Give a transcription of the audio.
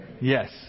Yes